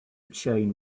chain